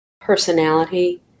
personality